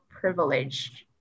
privileged